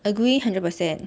agree hundred percent